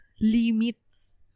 limits